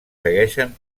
segueixen